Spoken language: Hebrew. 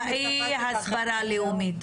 לאחראי הסברה לאומית.